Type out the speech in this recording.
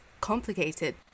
complicated